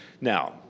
Now